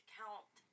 count